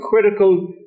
critical